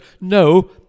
no